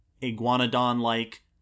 iguanodon-like